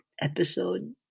episode